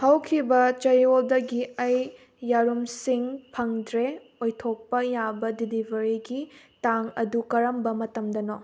ꯍꯧꯈꯤꯕ ꯆꯌꯣꯜꯗꯒꯤ ꯑꯩ ꯌꯦꯔꯨꯝꯁꯤꯡ ꯐꯪꯗ꯭ꯔꯦ ꯑꯣꯏꯊꯣꯛꯄ ꯌꯥꯕ ꯗꯤꯂꯤꯕꯔꯤꯒꯤ ꯇꯥꯡ ꯑꯗꯨ ꯀꯔꯝꯕ ꯃꯇꯝꯗꯅꯣ